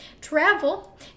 travel